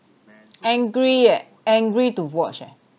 angry eh angry to watch eh